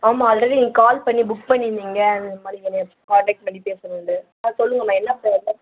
ஆமாம் ஆல்ரெடி நீங்கள் கால் பண்ணி புக் பண்ணிருந்திங்க இந்தமாதிரி என்னையை காண்டக்ட் பண்ணி பேசணுன்ட்டு ஆ சொல்லுங்கம்மா என்ன ப்ராப்ளம்